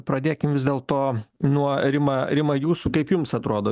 pradėkim vis dėlto nuo rima rima jūsų kaip jums atrodo